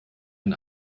ein